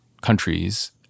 countries